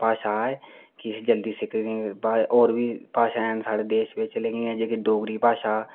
भाशा ऐ कि इसी जल्दी सिक्खगे कि होर बी भाशा हैन साढ़े देश बिच लेकिन एह् जेह्की डोगरी भाशा